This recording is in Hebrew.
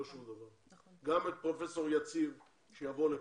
גם אתך פרופסור יציב שיבוא לכאן.